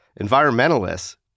Environmentalists